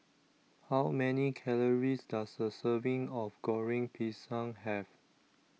How Many Calories Does A Serving of Goreng Pisang Have